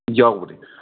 ꯌꯥꯎꯕꯅꯦ